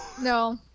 no